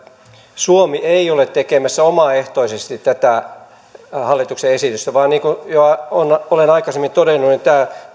suomi ei ole tekemässä omaehtoisesti tätä hallituksen esitystä vaan niin kuin jo olen aikaisemmin todennut tämä